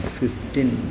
fifteen